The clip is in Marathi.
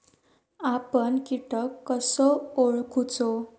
आपन कीटक कसो ओळखूचो?